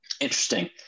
interesting